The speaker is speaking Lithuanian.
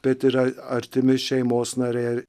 bet yra artimi šeimos nariai